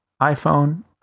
iPhone